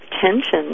tension